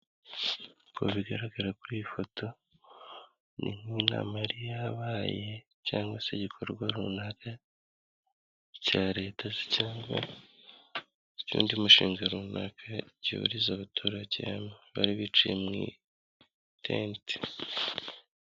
Nkuko bigaragara kuri iyi foto, ni nk'inama yari yabaye cyangwa se igikorwa runaka cya leta, cyangwa icy'undi mushinga runaka gihuriza abaturage hamwe, bari bicaye mu itente.